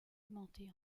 augmentée